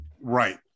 right